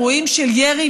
זה,